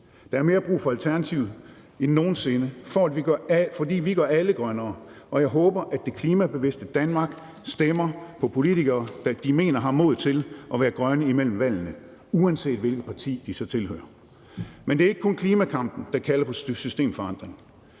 Der er mere brug for Alternativet end nogen sinde, fordi vi gør alle grønnere, og jeg håber, at det klimabevidste Danmark stemmer på politikere, de mener har modet til at være grønne imellem valgene, uanset hvilket parti de så tilhører. Men det er ikke kun klimakampen, der kalder på systemforandring.